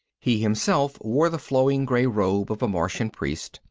he, himself, wore the flowing grey robe of a martian priest,